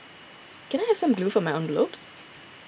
can I have some glue for my envelopes